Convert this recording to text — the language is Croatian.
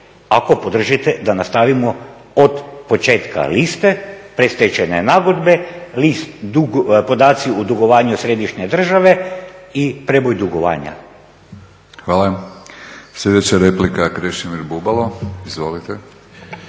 ako podržite da nastavimo od početka liste predstečajne nagodbe, … podaci o dugovanju središnje države i prijeboj dugovanja. **Batinić, Milorad (HNS)** Hvala. Sljedeća replika Krešimir Bubalo. Izvolite.